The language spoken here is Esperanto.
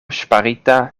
ŝparita